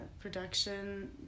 production